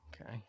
Okay